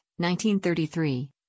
1933